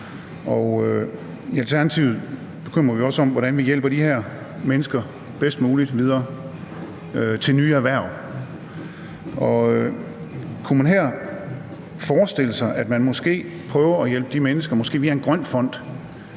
og i Alternativet bekymrer vi os om, hvordan vi hjælper de her mennesker bedst muligt videre til nye erhverv. Kunne man her forestille sig, at man måske prøver at hjælpe de mennesker, måske via en grøn fond,